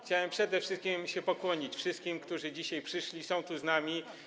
Chciałem przede wszystkim pokłonić się wszystkim, którzy dzisiaj przyszli, są tu z nami.